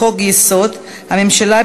לחוק-יסוד: הממשלה,